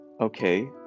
okay